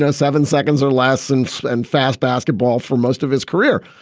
ah seven seconds or last since. and fast basketball for most of his career.